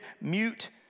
mute